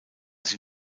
sie